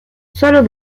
sólo